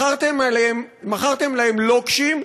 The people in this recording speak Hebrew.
מכרתם להם לוקשים,